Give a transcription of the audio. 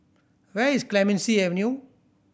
where is Clemenceau Avenue